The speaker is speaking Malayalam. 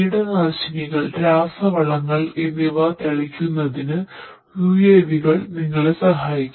കീടനാശിനികൾരാസവളങ്ങൾ എന്നിവ തളിക്കുന്നതിന് യുഎവികൾ നിങ്ങളെ സഹായിക്കും